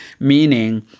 Meaning